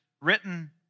written